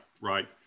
right